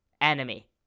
enemy